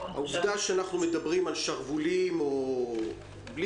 העובדה שאנחנו מדברים על שרוולים או היעדר